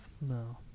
No